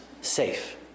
safe